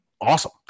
awesome